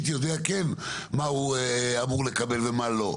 יודע כן מה הוא אמור לקבל ומה לא?